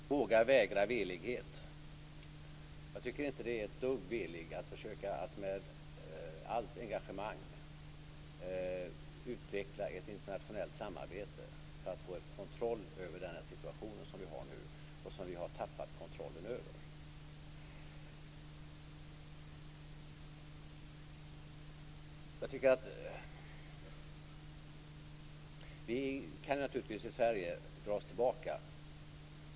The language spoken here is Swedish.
Fru talman! Våga vägra velighet - jag tycker inte att det är ett dugg veligt att med allt engagemang försöka utveckla ett internationellt samarbete för att få kontroll över den situation som vi har nu och som vi har tappat kontrollen över. Vi kan naturligtvis i Sverige dra oss tillbaka.